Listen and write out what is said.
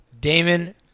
Damon